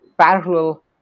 parallel